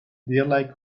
derlei